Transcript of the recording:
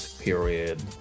period